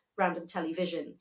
randomtelevision